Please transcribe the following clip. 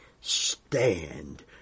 stand